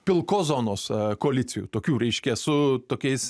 pilkos zonos koalicijų tokių reiškia su tokiais